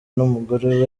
n’umugore